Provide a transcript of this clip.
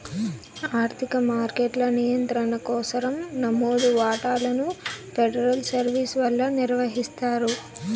ఆర్థిక మార్కెట్ల నియంత్రణ కోసరం నమోదు వాటాలను ఫెడరల్ సర్వీస్ వల్ల నిర్వహిస్తారు